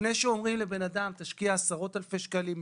לפני שאומרים לבן אדם תשקיע עשרות אלפי שקלים,